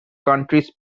counties